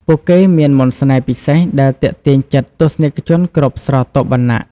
ពួកគេមានមន្តស្នេហ៍ពិសេសដែលទាក់ទាញចិត្តទស្សនិកជនគ្រប់ស្រទាប់វណ្ណៈ។